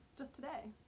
just today.